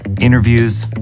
interviews